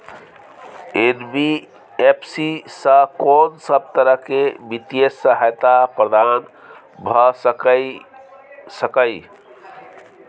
NBFC स कोन सब तरह के वित्तीय सहायता प्रदान भ सके इ? इ